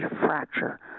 fracture